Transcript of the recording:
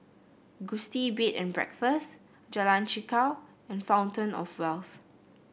Gusti Bed and Breakfast Jalan Chichau and Fountain Of Wealth